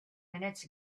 minutes